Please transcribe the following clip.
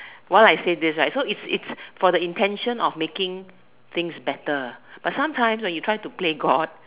while I say this right so it's it's for the intention of making things better but sometimes when you try to play God